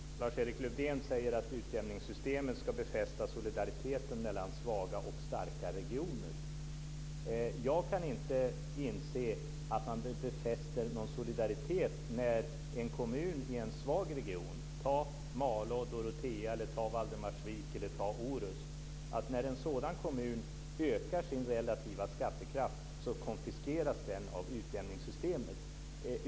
Fru talman! Lars-Erik Lövdén säger att utjämningssystemet ska befästa solidariteten mellan svaga och starka regioner. Jag kan inte inse att det är att befästa någon solidaritet med en kommun i en svag region - ta Malå, Dorotea, Valdermarsvik eller Orust - att när en sådan kommun ökar sin relativa skattekraft konfiskeras denna av utjämningssystemet.